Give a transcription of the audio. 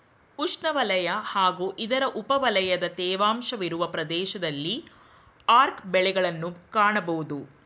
ಉಷ್ಣವಲಯ ಹಾಗೂ ಇದರ ಉಪವಲಯದ ತೇವಾಂಶವಿರುವ ಪ್ರದೇಶದಲ್ಲಿ ಆರ್ಕ ಬೆಳೆಗಳನ್ನ್ ಕಾಣ್ಬೋದು